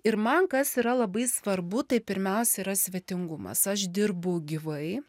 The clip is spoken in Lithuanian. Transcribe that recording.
ir man kas yra labai svarbu tai pirmiausia yra svetingumas aš dirbu gyvai